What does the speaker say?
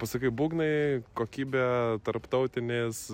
pasak būgnai kokybę tarptautinės